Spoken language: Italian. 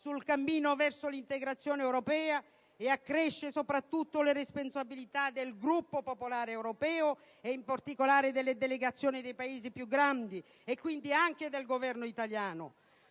sul cammino verso l'integrazione europea e accresce le responsabilità del Gruppo popolare europeo, in particolare delle delegazioni dei Paesi più grandi e, quindi, anche del Governo italiano.